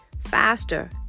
faster